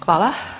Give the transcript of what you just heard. Hvala.